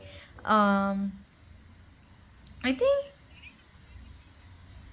um I think